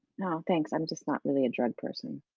no, thanks i'm just not really a drug person.